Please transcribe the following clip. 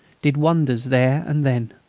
did wonders there and then.